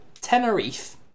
Tenerife